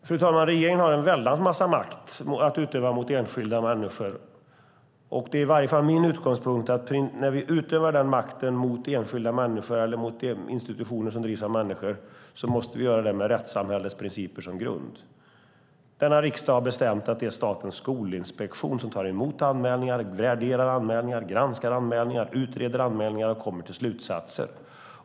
Fru talman! Regeringen har väldigt mycket makt att utöva mot enskilda människor. Och det är i varje fall min utgångspunkt att vi, när vi utövar den makten mot enskilda människor eller mot institutioner som drivs av människor, måste göra det med rättssamhällets principer som grund. Denna riksdag har bestämt att det är Statens skolinspektion som tar emot anmälningar, värderar anmälningar, granskar anmälningar, utreder anmälningar och kommer till slutsatser.